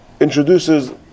introduces